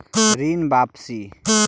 ऋण वापसी?